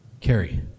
Carrie